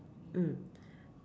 mm